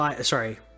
Sorry